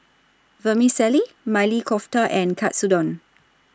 Vermicelli Maili Kofta and Katsudon